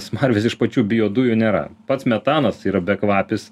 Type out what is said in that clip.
smarvės iš pačių biodujų nėra pats metanas yra bekvapis